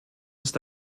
ist